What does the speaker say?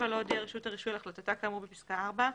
לא הודיעה רשות הרישוי על החלטתה כאמור בפסקה (4),